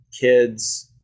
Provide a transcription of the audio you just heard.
kids